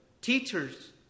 teachers